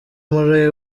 muri